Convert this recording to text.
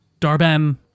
Darben